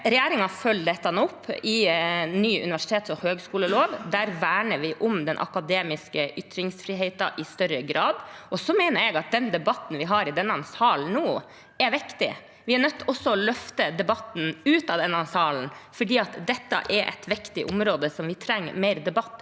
Regjeringen følger dette opp i ny universitets- og høyskolelov. Der verner vi om den akademiske ytringsfriheten i større grad. Jeg mener at den debatten vi har i salen nå, er viktig. Vi er også nødt til å løfte debatten ut av denne salen, for dette er et viktig område som vi trenger mer debatt